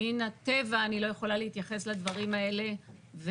מדרך הטבע אני לא יכולה להתייחס לדברים האלה.